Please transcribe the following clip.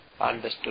understood